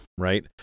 right